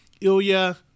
Ilya